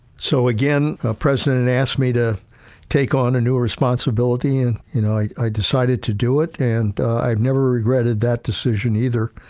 so again, a president and asked me to take on a new responsibility. and, you know, i i decided to do it. and i've never regretted that decision either.